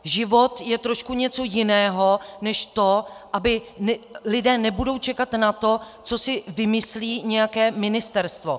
Život je trošku něco jiného, než to, aby lidé nebudou čekat na to, co si vymyslí nějaké ministerstvo.